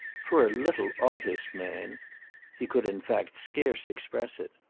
for a little artist-man! he could in fact scarce express it.